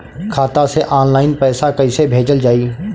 खाता से ऑनलाइन पैसा कईसे भेजल जाई?